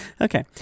Okay